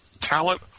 talent